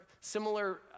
similar